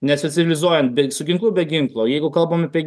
nespecializuojant be su ginklu be ginklo jeigu kalbam apie